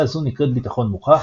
גישה זו נקראת ביטחון מוכח,